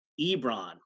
Ebron